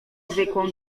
zwykłą